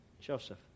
Joseph